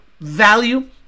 value